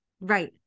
Right